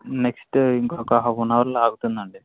next ఇంకొక half an అవర్లో ఆగుతుందండి